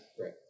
right